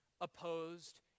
opposed